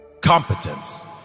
Competence